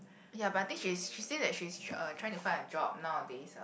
ya but I think she's she say that she's uh trying to find a job nowadays ah